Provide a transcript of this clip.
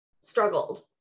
struggled